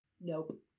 Nope